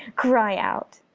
cry out!